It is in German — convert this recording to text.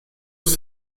ist